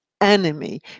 enemy